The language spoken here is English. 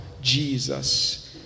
Jesus